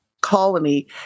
colony